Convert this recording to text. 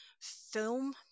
film